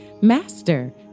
Master